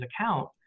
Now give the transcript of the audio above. account